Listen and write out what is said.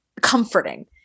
comforting